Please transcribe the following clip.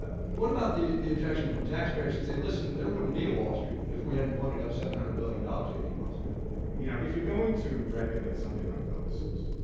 what about the the objection from taxpayers that say, listen, there wouldn't be a wall street if we hadn't ponied up seven hundred billion dollars eighteen months ago. you know, if you're going to regulate something like bonuses,